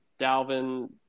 Dalvin